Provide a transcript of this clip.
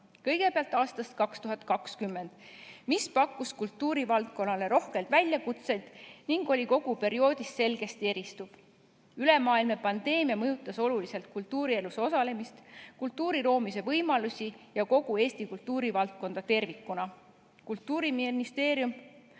Kõigepealt aastast 2020, mis pakkus kultuurivaldkonnale rohkelt väljakutseid ning oli kogu perioodi jooksul selgesti eristuv. Ülemaailmne pandeemia mõjutas oluliselt kultuurielus osalemist, kultuuri loomise võimalusi ja kogu Eesti kultuurivaldkonda tervikuna. Kultuuriministeerium